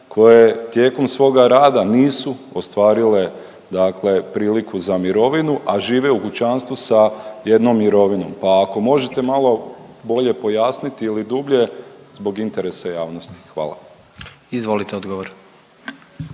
koje tijekom svoga rada nisu ostvarile dakle, priliku za mirovinu, a žive u kućanstvu sa jednom mirovinom. Pa ako možete malo bolje pojasnit ili dublje, zbog interesa javnosti. Hvala. **Jandroković,